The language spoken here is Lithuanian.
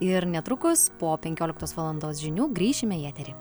ir netrukus po penkioliktos valandos žinių grįšime į eterį